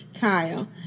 Kyle